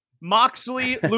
Moxley